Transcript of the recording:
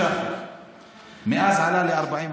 35%. מאז הוא עלה ל-40%,